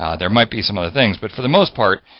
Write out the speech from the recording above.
um there might be some other things, but for the most part,